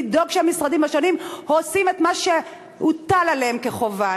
לדאוג שהמשרדים השונים עושים את מה שהוטל עליהם כחובה.